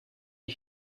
you